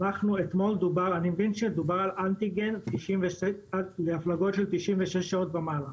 אני מבין שמדובר על אנטיגן להפלגות של 96 שעות ומעלה.